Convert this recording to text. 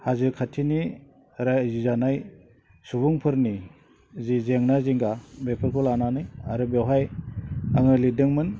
हाजो खाथिनि रायजो जानाय सुबुंफोरनि जि जेंना जिंगा बेफोरखौ लानानै आरो बेवहाय आङो लिरदोंमोन